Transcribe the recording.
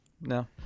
no